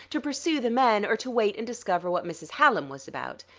to pursue the men, or to wait and discover what mrs. hallam was about.